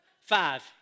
five